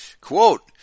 Quote